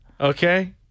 Okay